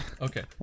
okay